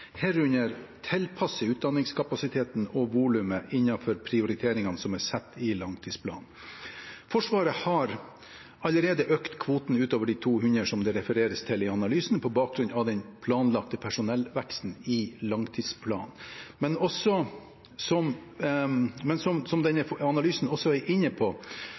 herunder tilpasse utdanningskapasiteten og volumet innenfor prioriteringene som er satt i langtidsplanen. Forsvaret har allerede økt kvoten utover de 200 som det refereres til i analysen, på bakgrunn av den planlagte personellveksten i langtidsplanen. Men som denne analysen også er inne på,